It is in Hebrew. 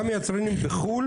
גם יצרנים בחו"ל